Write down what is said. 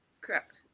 Correct